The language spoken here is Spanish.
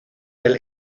del